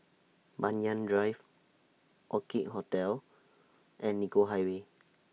Banyan Drive Orchid Hotel and Nicoll Highway